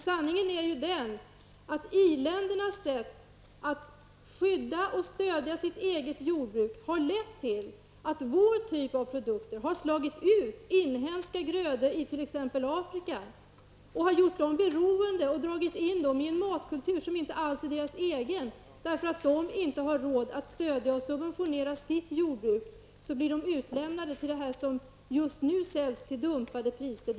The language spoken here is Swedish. Sanningen är att i-ländernas sätt att skydda och stödja sitt eget jordbruk har lett till att vår typ av produkter har slagit ut inhemska grödor i t.ex. Afrika. Det har dragit in afrikanerna och gjort dem beroende av en matkultur som inte alls är deras egen. Eftersom de inte har råd att stödja och subventionera sitt jordbruk, blir de utlämnade till att köpa varor som just då säljs till dumpade priser.